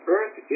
Earth